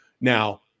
Now